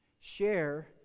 share